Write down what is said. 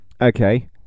okay